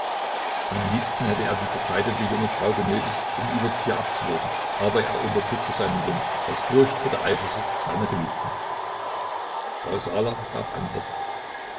am liebsten hätte er die verkleidete junge frau genötigt den überzieher abzulegen aber er unterdrückte seinen wunsch aus furcht vor der eifersucht seiner geliebten frau saaler gab antwort